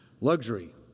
luxury